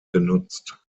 genutzt